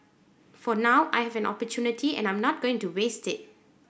for now I have an opportunity and I'm not going to waste it